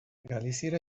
galiziera